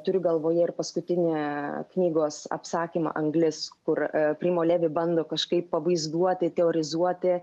turiu galvoje ir paskutinį knygos apsakymą anglis kur primo levi bando kažkaip pavaizduoti teorizuoti